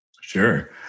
Sure